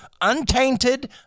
Untainted